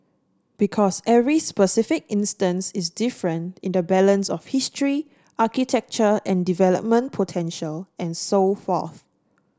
because every specific instance is different in the balance of history architecture and development potential and so forth